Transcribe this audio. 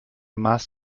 maß